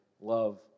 love